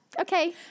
Okay